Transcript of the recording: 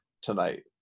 tonight